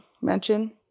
mention